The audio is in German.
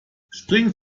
spring